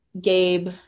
gabe